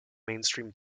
mainstream